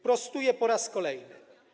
Prostuję po raz kolejny.